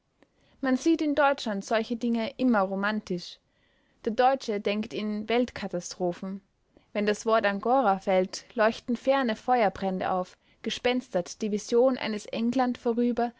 man sieht in deutschland solche dinge immer romantisch der deutsche denkt in weltkatastrophen wenn das wort angora fällt leuchten ferne feuerbrände auf gespenstert die vision eines england vorüber